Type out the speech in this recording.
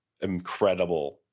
incredible